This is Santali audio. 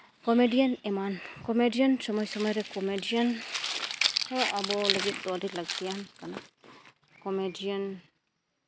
ᱠᱚᱢᱮᱰᱤᱭᱟᱱ ᱮᱢᱟᱱ ᱠᱚᱢᱮᱰᱤᱭᱟᱱ ᱥᱚᱢᱚᱭ ᱥᱚᱢᱚᱭ ᱨᱮ ᱠᱚᱢᱮᱰᱤᱭᱟᱱ ᱦᱚᱸ ᱟᱵᱚ ᱞᱟᱹᱜᱤᱫ ᱫᱚ ᱟᱹᱰᱤ ᱞᱟᱹᱠᱛᱤᱭᱟᱱ ᱠᱟᱱᱟ ᱠᱚᱢᱮᱰᱤᱭᱟᱱ